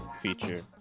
feature